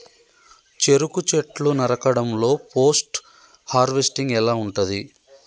చెరుకు చెట్లు నరకడం లో పోస్ట్ హార్వెస్టింగ్ ఎలా ఉంటది?